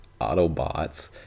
Autobots